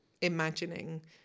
imagining